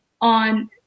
on